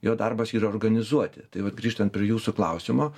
jo darbas yra organizuoti tai vat grįžtant prie jūsų klausimo